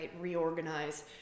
reorganize